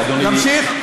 להמשיך?